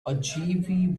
ogilvy